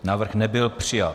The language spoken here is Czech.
Návrh nebyl přijat.